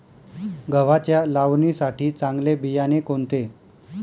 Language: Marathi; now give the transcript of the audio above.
गव्हाच्या लावणीसाठी चांगले बियाणे कोणते?